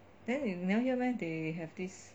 then you never hear meh they have this